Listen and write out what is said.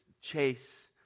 chase